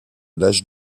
l’âge